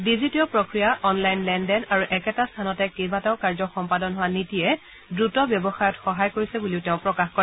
ডিজিটীয় প্ৰক্ৰিয়া অনলাইন লেনদেন আৰু একেটা স্থানতে কেইবাটাও কাৰ্য সম্পাদন হোৱা নীতিয়ে দ্ৰত ব্যৱসায়ত সহায় কৰিছে বুলিও তেওঁ প্ৰকাশ কৰে